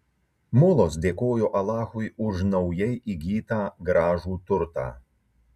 mulos dėkojo alachui už naujai įgytą gražų turtą